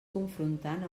confrontant